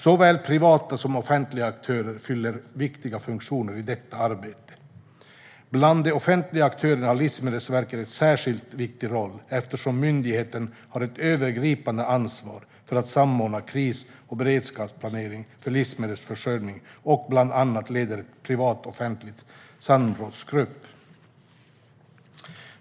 Såväl privata som offentliga aktörer fyller viktiga funktioner i detta arbete. Bland de offentliga aktörerna har Livsmedelsverket en särskilt viktig roll, eftersom myndigheten har ett övergripande ansvar för att samordna kris och beredskapsplaneringen för livsmedelsförsörjningen och bland annat leder en privat-offentlig samrådsgrupp.